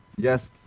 Yes